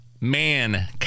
man